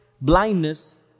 blindness